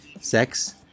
Sex